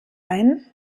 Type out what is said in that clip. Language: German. ein